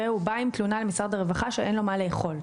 הוא בא עם תלונה למשרד הרווחה שאין לו מה לאכול,